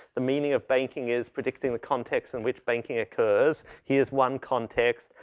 the meaning of banking is predicting the contexts in which banking occurs. here's one context.